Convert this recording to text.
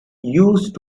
used